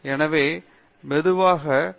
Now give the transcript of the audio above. எனவே மெதுவாக கணித துறைகள் இருந்திருக்கும்